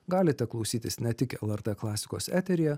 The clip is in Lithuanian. galite klausytis ne tik lrt klasikos eteryje